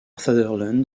sutherland